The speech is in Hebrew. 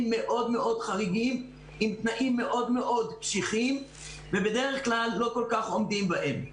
מאוד חריגים עם תנאים מאוד קשיחים ובדרך כלל לא כל-כך עומדים בהם.